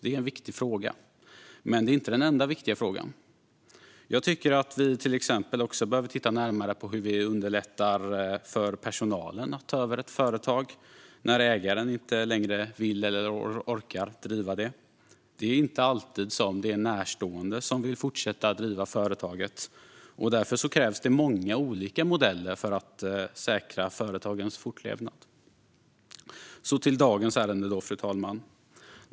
Det är en viktig fråga, men det är inte den enda viktiga frågan. Jag tycker att vi till exempel behöver titta närmare på hur vi underlättar för personalen att ta över ett företag när ägaren inte längre vill eller orkar driva det. Det är inte alltid som det är närstående som vill fortsätta att driva företaget, och därför krävs det många olika modeller för att säkra företagens fortlevnad. Så till dagens ärende, fru talman.